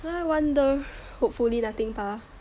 well I wonder hopefully nothing 吧